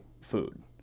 food